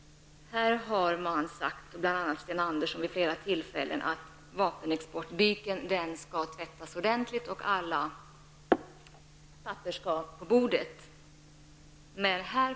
Sten Andersson har ju vid flera tillfällen sagt att vapenexportbyken skall tvättas ordentligt och att alla papper skall läggas på bordet.